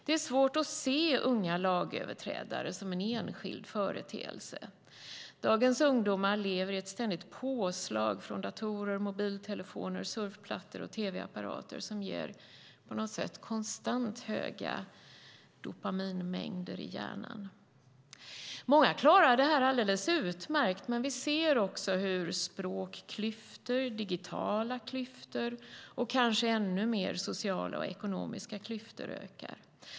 Det är svårt att se unga lagöverträdare som en enskild företeelse. Dagens ungdomar lever med ett ständigt påslag från datorer, mobiltelefoner, surfplattor och tv-apparater som ger konstant höga dopaminmängder i hjärnan. Många klarar detta alldeles utmärkt, men vi ser också hur språkklyftor, digitala klyftor och kanske ännu mer sociala och ekonomiska klyftor ökar.